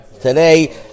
Today